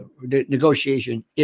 negotiation